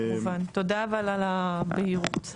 מובן, תודה על הבהירות.